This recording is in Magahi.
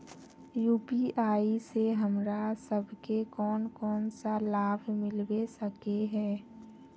यु.पी.आई से हमरा सब के कोन कोन सा लाभ मिलबे सके है?